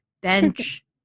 bench